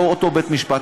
לא אותו בית משפט,